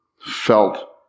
felt